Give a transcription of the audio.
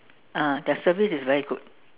ah their service is very good